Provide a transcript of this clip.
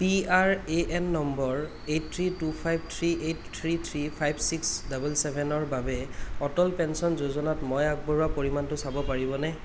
P R A N number eight three two five three eight three three five six double ছেভেনৰ বাবে Atal pension যোজনাত মই আগবঢ়োৱা পৰিমাণটো চাব পাৰিবনে